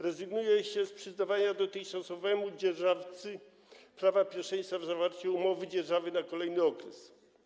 Rezygnuje się z przyznawania dotychczasowemu dzierżawcy prawa pierwszeństwa w zawarciu umowy dzierżawy na kolejny okres.